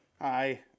Hi